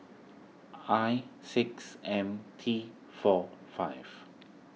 I six M T four five